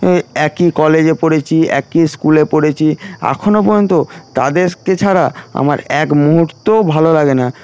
একই কলেজে পড়েছি একই স্কুলে পড়েছি এখনো পর্যন্ত তাদেরকে ছাড়া আমার এক মুহূর্তও ভালো লাগে না